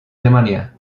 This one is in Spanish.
alemania